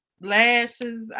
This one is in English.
lashes